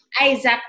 Isaac